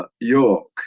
York